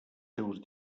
seus